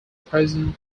present